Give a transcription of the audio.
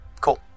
Cool